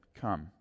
come